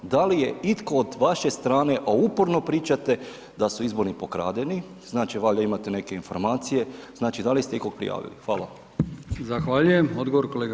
Da li je itko od vaše strane, a uporno pričate da su izbori pokradeni, znači valjda imate neke informacije, znači da li ste ikoga prijavili?